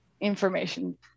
information